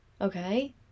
Okay